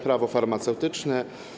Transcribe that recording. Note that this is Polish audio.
Prawo farmaceutyczne.